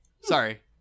Sorry